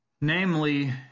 Namely